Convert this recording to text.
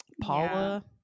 Paula